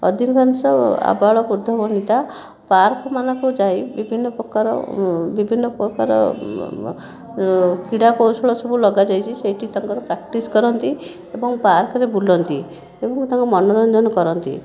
ଅଧିକାଂଶ ଆବାଳବୃଦ୍ଧବନିତା ପାର୍କମାନଙ୍କୁ ଯାଇ ବିଭିନ୍ନ ପ୍ରକାର ବିଭିନ୍ନ ପ୍ରକାର କ୍ରୀଡ଼ା କୌଶଳ ସବୁ ଲଗାଯାଇଛି ସେଠି ତାଙ୍କର ପ୍ରାକ୍ଟିସ କରନ୍ତି ଏବଂ ପାର୍କରେ ବୁଲନ୍ତି ଏବଂ ତାଙ୍କ ମନୋରଞ୍ଜନ କରନ୍ତି